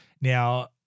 Now